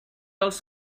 als